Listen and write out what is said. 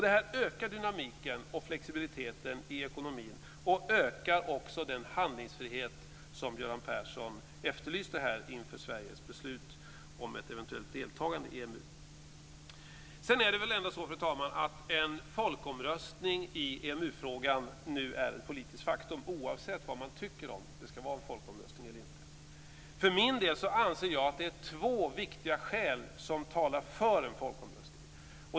Det här ökar dynamiken och flexibiliteten i ekonomin, och ökar också den handlingsfrihet som Göran Persson efterlyste här inför Sveriges beslut om ett eventuellt deltagande i EMU. Sedan är det väl ändå så, fru talman, att en folkomröstning i EMU-frågan nu är ett politiskt faktum, oavsett om man tycker att det ska vara en folkomröstning eller inte. För min del anser jag att det är två viktiga skäl som talar för en folkomröstning.